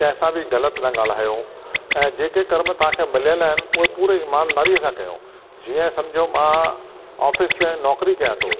कंहिंसा बि ग़लति न ॻाल्हायो ऐं जेके कर्म तव्हांखे मिलियलु आहिनि उहे पूरी ईमानदारीअ सां कयो जीअं सम्झो मां ऑफिस में नौकरी कयां थो